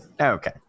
okay